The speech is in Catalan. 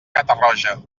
catarroja